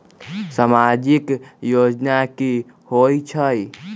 समाजिक योजना की होई छई?